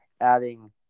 adding